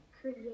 create